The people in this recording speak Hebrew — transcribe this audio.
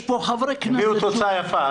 הביאו תוצאה יפה.